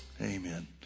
Amen